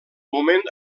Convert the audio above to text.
moment